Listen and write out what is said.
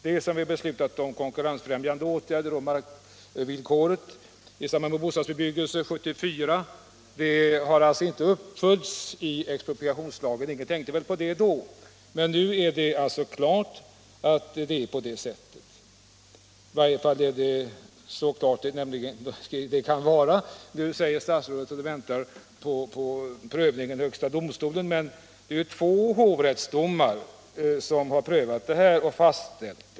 Det som vi beslutat i fråga om konkurrensfrämjande åtgärder och markvillkor i samband med bostadsbebyggelse 1974 har alltså inte följts upp i expropriationslagen. Ingen tänkte väl på det då, men nu är det klart att det är på det viset. I varje fall är det så klart det kan vara. Nu säger statsrådet att man väntar på prövningen i högsta domstolen. Men i två hovrättsdomar har detta prövats och fastställts.